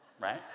right